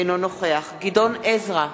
אינו נוכח גדעון עזרא,